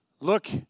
Look